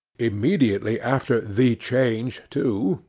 immediately after the change too,